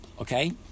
okay